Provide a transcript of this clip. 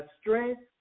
strength